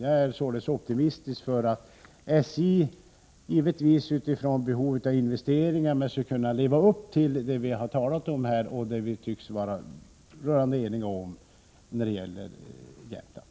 Jag är således optimistisk och tror att SJ trots behovet av investeringar skall kunna leva upp till det som vi har diskuterat här och som vi tycks vara rörande eniga om när det gäller verksamheten i Jämtland.